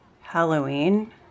Halloween